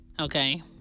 Okay